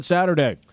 Saturday